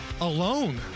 alone